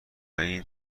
این